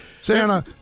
Santa